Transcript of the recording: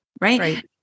Right